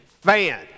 fan